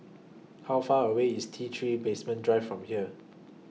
How Far away IS T three Basement Drive from here